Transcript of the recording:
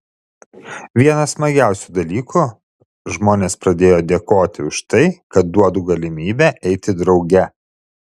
vienas smagiausių dalykų žmonės pradėjo dėkoti už tai kad duodu galimybę eiti drauge